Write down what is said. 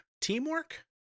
Teamwork